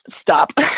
stop